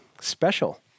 special